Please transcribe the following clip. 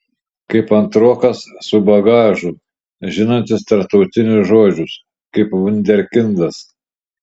kaip antrokas su bagažu žinantis tarptautinius žodžius kaip vunderkindas